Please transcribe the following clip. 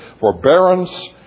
forbearance